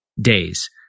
days